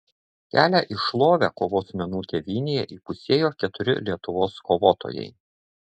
kelią į šlovę kovos menų tėvynėje įpusėjo keturi lietuvos kovotojai